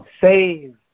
Save